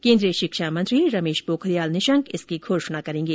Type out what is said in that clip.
केन्द्रीय शिक्षा मंत्री रमेश पोखरियाल निशंक इसकी घोषणा करेंगे